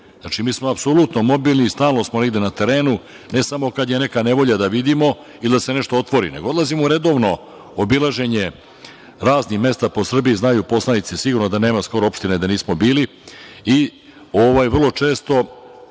Znači, mi smo apsolutno mobilni i stalno smo negde na terenu ne samo kada je neka nevolja da vidimo ili da se nešto otvori, nego odlazimo redovno. Obilaženje raznih mesta po Srbiji, znaju poslanici sigurno da nema skoro opštine gde nismo bili i vrlo često